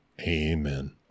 Amen